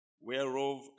whereof